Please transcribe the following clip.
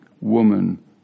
woman